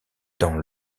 dans